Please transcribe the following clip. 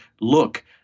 look